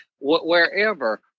wherever